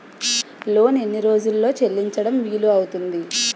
Loan ఎన్ని రోజుల్లో చెల్లించడం వీలు అవుతుంది?